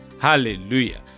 hallelujah